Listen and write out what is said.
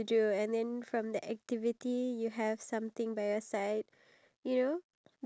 wait okay we are going to definitely manage to talk for two hours straight